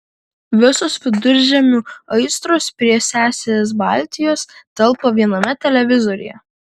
visos viduržemio aistros prie sesės baltijos telpa viename televizoriuje